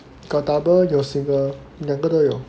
got double 有 single 两个都有